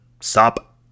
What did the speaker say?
stop